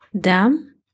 dam